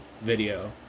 video